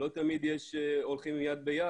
לא תמיד הולכים יד ביד,